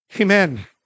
Amen